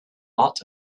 lot